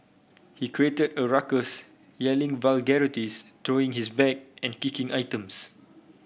he created a ruckus yelling vulgarities throwing his bag and kicking items